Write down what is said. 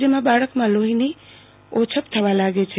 જેમાં બાળકમાં લોહીની ઓછપ થવા લાગે છે